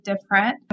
different